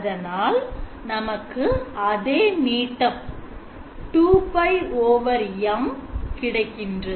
அதனால் நமக்கு அதே நீட்டம் 2π M கிடைக்கின்றது